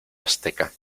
azteca